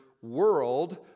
World